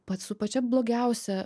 pats su pačia blogiausia